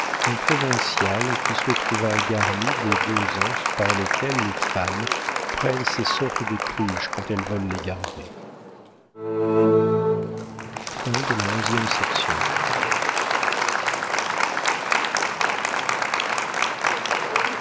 un provincial qui se trouva garni des deux anses par lesquelles les femmes prennent ces sortes de cruches quand elles veulent les garder